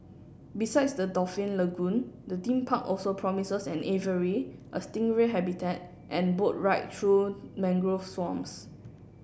besides the dolphin lagoon the theme park also promises an aviary a stingray habitat and boat ride through mangrove swamps